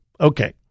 Okay